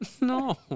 No